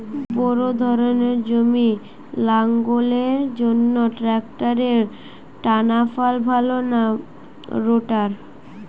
Bore ধানের জমি লাঙ্গলের জন্য ট্রাকটারের টানাফাল ভালো না রোটার?